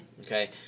Okay